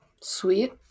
Sweet